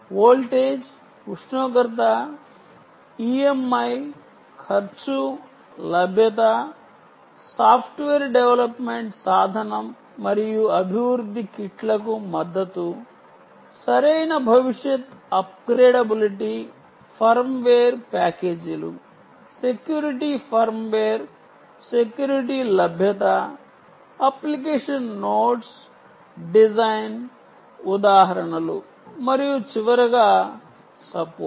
voltage ఉష్ణోగ్రత EMI ఖర్చు లభ్యత సాఫ్ట్వేర్ డెవలప్మెంట్ సాధనం మరియు అభివృద్ధి కిట్లకు మద్దతు సరైన భవిష్యత్ అప్గ్రేడబిలిటీ ఫర్మ్వేర్ ప్యాకేజీలు సెక్యూరిటీ ఫర్మ్వేర్ సెక్యూరిటీ లభ్యత అప్లికేషన్ నోట్స్ డిజైన్ ఉదాహరణలు మరియు చివరగా సపోర్ట్